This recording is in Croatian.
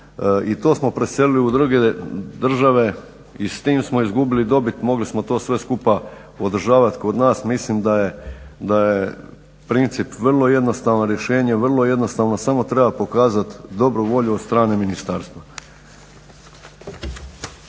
i to smo preselili u druge države i s tim smo izgubili dobit, mogli smo to sve skupa održavat kod nas. Mislim da je princip vrlo jednostavno rješenje, vrlo jednostavno, samo treba pokazat dobru volju od strane ministarstva.